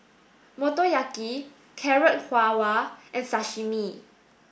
Motoyaki Carrot Halwa and Sashimi